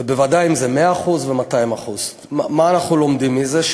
ובוודאי אם זה 100% או 200%. מה אנחנו לומדים מזה?